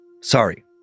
Sorry